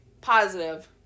Positive